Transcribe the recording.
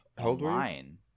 online